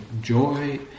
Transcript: joy